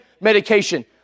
medication